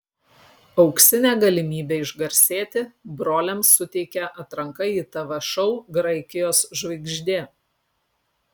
auksinę galimybę išgarsėti broliams suteikia atranka į tv šou graikijos žvaigždė